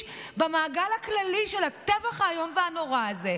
במעגל הכללי של הטבח האיום והנורא הזה,